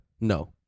No